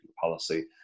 policy